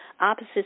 opposite